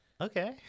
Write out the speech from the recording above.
Okay